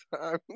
time